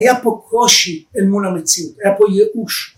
היה פה קושי אל מול המציאות, היה פה ייאוש.